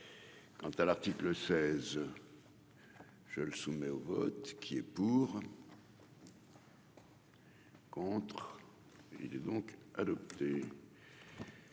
quant à l'article seize je le soumet au vote qui est pour. Contre, il est donc adopté.